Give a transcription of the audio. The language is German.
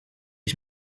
ich